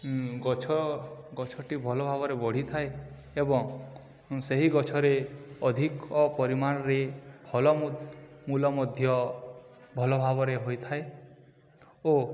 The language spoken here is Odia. ଗଛ ଗଛଟି ଭଲ ଭାବରେ ବଢ଼ିଥାଏ ଏବଂ ସେହି ଗଛରେ ଅଧିକ ପରିମାଣରେ ଫଳମୂଳ ମଧ୍ୟ ଭଲ ଭାବରେ ହୋଇଥାଏ ଓ